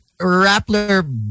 Rappler